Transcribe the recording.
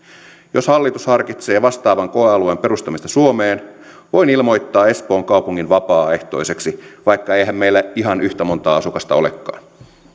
jos hallitus harkitsee vastaavan koealueen perustamista suomeen voin ilmoittaa espoon kaupungin vapaaehtoiseksi vaikka eihän meillä ihan yhtä montaa asukasta olekaan